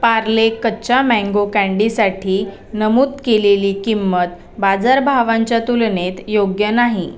पार्ले कच्चा मॅंगो कँडीसाठी नमूद केलेली किंमत बाजारभावांच्या तुलनेत योग्य नाही